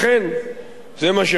זה מה שהממשלה עושה.